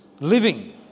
living